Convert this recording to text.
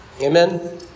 Amen